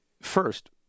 first